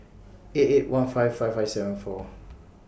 eight eight one five five five seven four